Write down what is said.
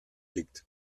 liegt